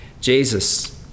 Jesus